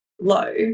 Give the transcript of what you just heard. low